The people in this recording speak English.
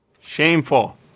shameful